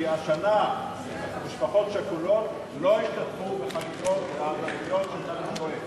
כי השנה משפחות שכולות לא השתתפו בחגיגות הדתיות של נבי שועייב.